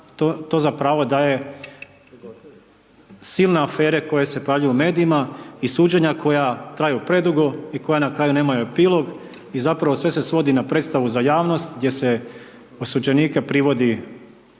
to za pravo daje silne afere koje se pojavljuju u medijima i suđenja koja traju predugo i koja na kraju nemaju epilog i zapravo sve se svodi na predstavu za javnost gdje se osuđenike privodi pred